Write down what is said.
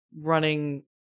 running